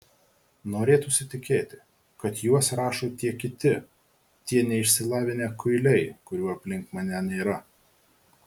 norėtųsi tikėti kad juos rašo tie kiti tie neišsilavinę kuiliai kurių aplink mane nėra